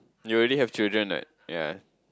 you really have children right yea